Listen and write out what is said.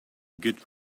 git